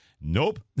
nope